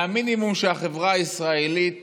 המינימום שהחברה הישראלית